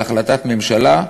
להחלטת ממשלה,